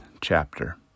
chapter